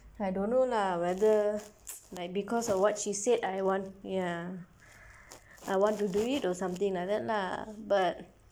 I don't know lah whether like because of what she said I want yea I want to do it or something like that lah but